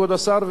כבוד השר,